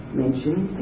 mentioned